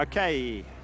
Okay